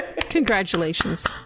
Congratulations